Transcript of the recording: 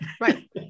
right